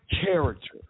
character